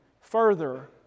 further